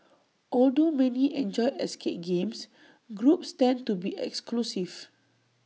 although many enjoy escape games groups tend to be exclusive